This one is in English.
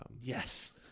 Yes